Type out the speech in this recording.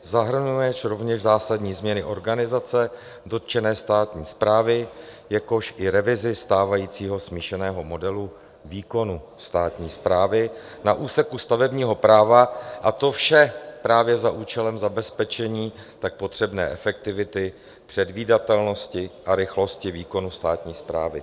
Zahrnuje rovněž zásadní změny organizace dotčené státní správy, jakož i revizi stávajícího smíšeného modelu výkonu státní správy na úseku stavebního práva, a to vše právě za účelem zabezpečení tak potřebné efektivity, předvídatelnosti a rychlosti výkonu státní správy.